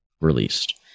released